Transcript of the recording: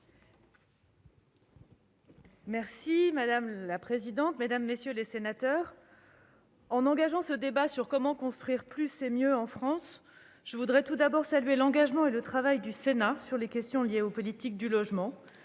Madame la présidente, mesdames, messieurs les sénateurs, en engageant ce débat sur le thème « Comment construire plus et mieux en France ?», je voudrais tout d'abord saluer l'engagement et le travail du Sénat sur les questions liées aux politiques du logement.